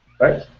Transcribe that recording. Right